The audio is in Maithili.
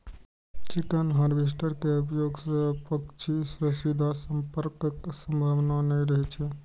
चिकन हार्वेस्टर के उपयोग सं पक्षी सं सीधा संपर्कक संभावना नै रहै छै